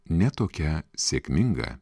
ne tokia sėkminga